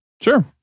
Sure